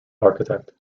architect